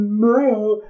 no